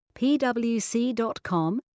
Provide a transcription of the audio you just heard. pwc.com